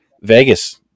Vegas